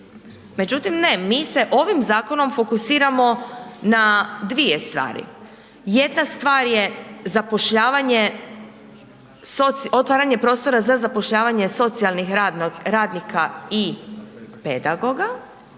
Međutim ne, mi se ovim zakonom fokusiramo na dvije stvari. Jedna stvar je otvaranje prostora za zapošljavanje socijalnih radnika i pedagoga,